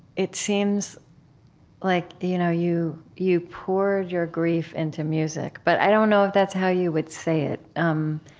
it seems like you know you you poured your grief into music, but i don't know if that's how you would say it. um